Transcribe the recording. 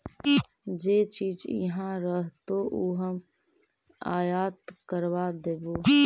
जे चीज इहाँ रहतो ऊ हम आयात करबा देबो